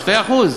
2%?